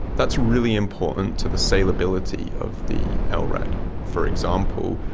that's really important to the saleability of the ah lrad. for example,